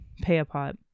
Payapot